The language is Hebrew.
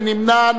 מי נמנע?